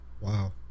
Wow